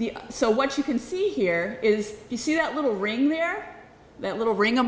the so what you can see here is you see that little ring there that little r